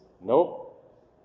nope